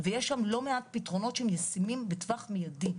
ויש שם לא מעט פתרונות שהם ישימים בטווח מידי.